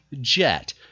jet